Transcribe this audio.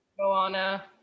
Moana